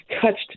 touched